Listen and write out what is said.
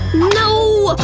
no!